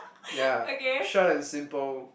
ya short and simple